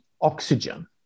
oxygen